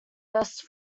best